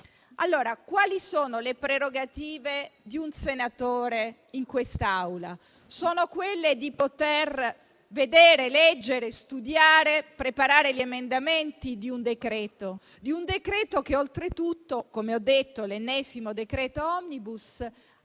chiare. Quali sono le prerogative di un senatore in quest'Aula? Sono quelle di poter vedere, leggere, studiare, preparare gli emendamenti ad un decreto-legge. Un decreto che, oltretutto, come ho detto, è l'ennesimo decreto *omnibus*